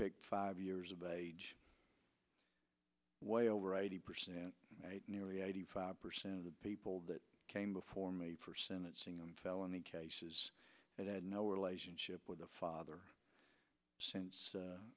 picked five years of age way over eighty percent nearly eighty five percent of the people that came before me for sentencing on felony cases that had no relationship with the father since